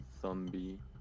zombie